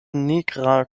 nigra